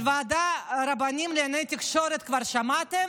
על ועדת הרבנים לענייני תקשורת כבר שמעתם?